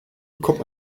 bekommt